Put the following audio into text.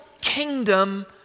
kingdom